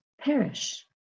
perish